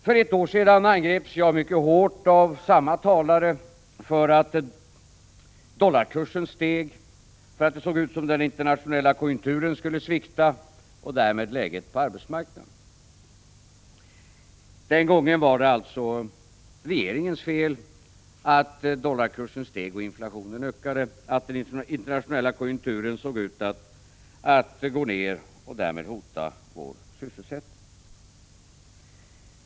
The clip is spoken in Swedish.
För ett år sedan angreps jag mycket hårt av samma talare för att dollarkursen steg, för att det såg ut som om den internationella konjunkturen skulle svikta och läget på arbetsmarknaden därmed försämras. Den gången var det alltså regeringens fel att dollarkursen steg och inflationen ökade, att den internationella konjunkturen såg ut att gå ned och därmed hota vår sysselsättning. Herr talman!